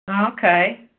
Okay